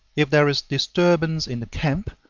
if there is disturbance in the camp,